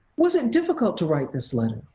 was it difficult to write this list?